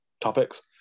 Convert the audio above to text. topics